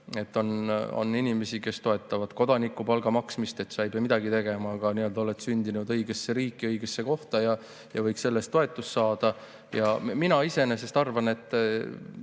vahe. On inimesi, kes toetavad kodanikupalga maksmist, et sa ei pea midagi tegema, aga oled sündinud õigesse riiki, õigesse kohta ja võid selle eest toetust saada. Mina iseenesest arvan, et